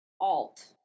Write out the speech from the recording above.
Alt